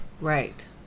Right